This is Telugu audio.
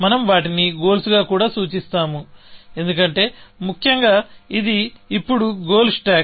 మనం వాటిని గోల్స్ గా కూడా సూచిస్తాము ఎందుకంటే ముఖ్యంగా ఇది ఇప్పుడు గోల్ స్టాక్